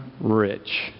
rich